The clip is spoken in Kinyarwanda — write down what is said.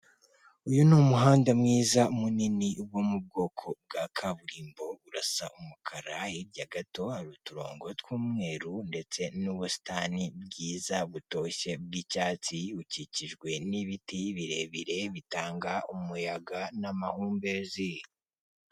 Uyu ni umuhanda mwiza, munini, wo mu bwoko bwa kaburimbo, urasa umukara, hirya gato hari uturongo tw'umweru ndetse n'ubusitani bwiza butoshye bw'icyatsi, bukikijwe n'ibiti birebire bitanga umuyaga n'amahumbezi.